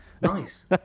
Nice